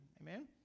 amen